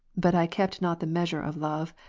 but i kept not the measure of love,